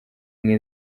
umwe